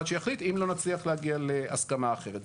שיחליט אם לא נצליח להגיע להסכמה אחרת.